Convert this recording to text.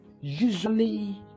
usually